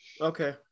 Okay